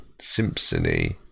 Simpson-y